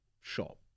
shop